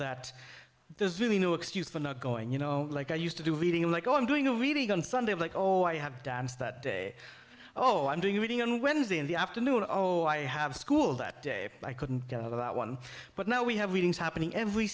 that there's really no excuse for not going you know like i used to do reading i'm like oh i'm doing a reading on sunday of like oh i have danced that day oh i'm doing a reading on wednesday in the afternoon oh i have school that day i couldn't get out of that one but now we have readings happening every